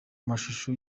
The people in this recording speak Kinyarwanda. mashusho